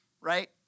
right